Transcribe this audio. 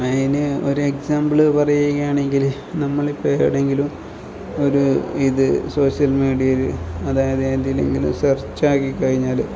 അതിന് ഒരു എക്സാമ്പിള് പറയുകയാണെങ്കിൽ നമ്മളിപ്പം എവിടെയെങ്കിലും ഒരു ഇത് സോഷ്യൽ മീഡീയേല് അതായത് ഏതിലെങ്കിലും സെർച്ചാക്കി കഴിഞ്ഞാൽ